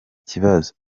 kibazo